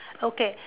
okay